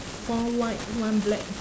four white one black